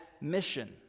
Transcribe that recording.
mission